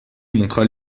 montra